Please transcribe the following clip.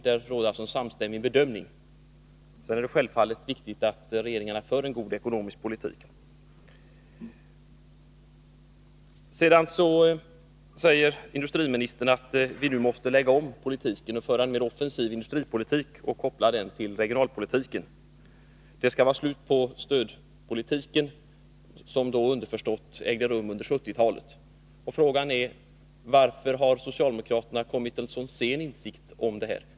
Här råder alltså en samstämmig bedömning. Sedan är det självfallet viktigt att regeringarna för en god ekonomisk politik. Industriministern säger att vi måste lägga om politiken — föra en mer offensiv industripolitik och koppla den till regionalpolitiken. Det skall vara slut på stödpolitiken — som den, underförstått, fördes under 1970-talet. Frågan är: Varför har socialdemokraterna så sent kommit till insikt om detta?